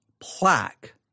plaque